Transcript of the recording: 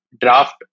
draft